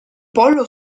pollo